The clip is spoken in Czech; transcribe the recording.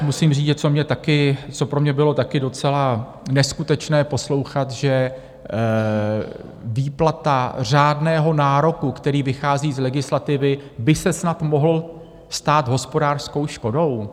Musím říct, co pro mě bylo taky docela neskutečné poslouchat, že výplata řádného nároku, který vychází z legislativy, by se snad mohla stát hospodářskou škodou.